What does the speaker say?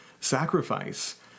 sacrifice